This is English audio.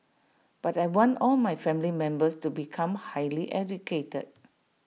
but I want all my family members to become highly educated